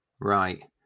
Right